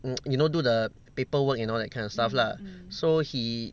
mm you know do the paperwork and all that kind of stuff lah so he